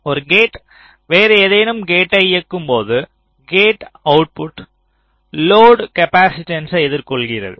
ஒரு கேட் வேறு ஏதேனும் கேட்டை இயக்கும்போது கேட் அவுட்புட் லோர்ட் காப்பாசிட்டன்ஸ்யை எதிர்கொள்கிறது